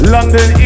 London